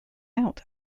out